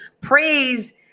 praise